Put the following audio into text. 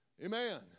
Amen